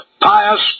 pious